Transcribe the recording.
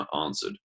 answered